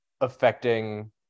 affecting